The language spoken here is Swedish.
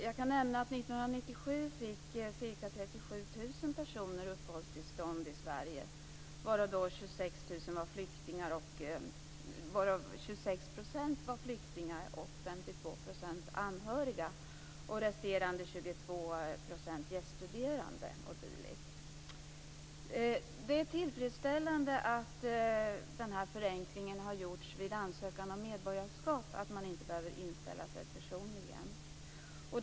Jag kan nämna att 1997 fick ca 37 000 personer uppehållstillstånd i Sverige, varav 26 % var flyktingar och 52 % anhöriga. Resterande 22 % var gäststuderande och liknande. Det är tillfredsställande att den förenklingen har genomförts att man inte behöver inställa sig personligen vid ansökan om medborgarskap.